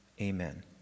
amen